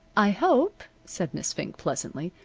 i hope, said miss fink, pleasantly,